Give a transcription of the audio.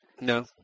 No